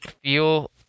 feel